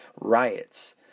riots